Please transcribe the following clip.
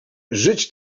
żyć